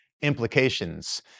implications